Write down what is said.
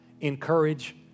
Encourage